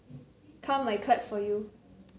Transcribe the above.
come I clap for you